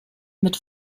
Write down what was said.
mit